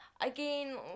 again